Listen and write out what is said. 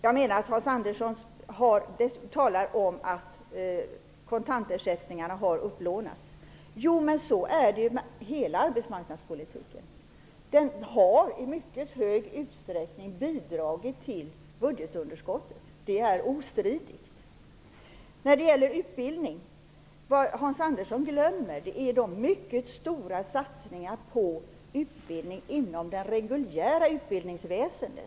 Hans Andersson talade om att man har lånat till kontantersättningarna. Så är det ju med hela arbetsmarknadspolitiken. Den har i mycket hög utsträckning bidragit till budgetunderskottet. Det är ostridigt. När det gäller utbildning glömmer Hans Andersson de mycket stora satsningarna på utbildning inom det reguljära utbildningsväsendet.